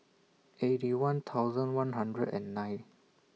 Eighty One thousand one hundred and nine